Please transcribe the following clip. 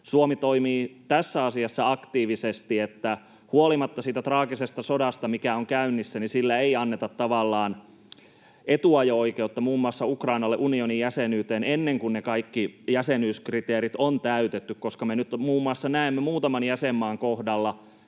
Suomi toimii tässä asiassa aktiivisesti, että huolimatta siitä traagisesta sodasta, mikä on käynnissä, sillä ei anneta tavallaan etuajo-oikeutta muun muassa Ukrainalle unionin jäsenyyteen, ennen kuin ne kaikki jäsenyyskriteerit on täytetty, koska me nyt näemme muun muassa muutaman jäsenmaan kohdalla,